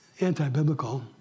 anti-biblical